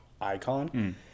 icon